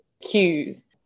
cues